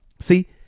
See